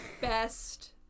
Best